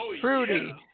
Fruity